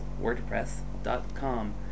wordpress.com